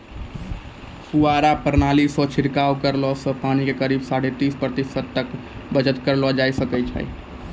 फव्वारा प्रणाली सॅ छिड़काव करला सॅ पानी के करीब साढ़े तीस प्रतिशत तक बचत करलो जाय ल सकै छो